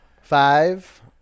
Five